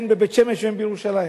הן בבית-שמש והן בירושלים.